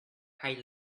hay